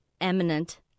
eminent